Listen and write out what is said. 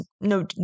no